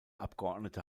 abgeordnete